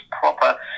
proper